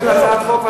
למה הצעת חוק?